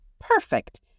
Perfect